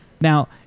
Now